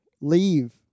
leave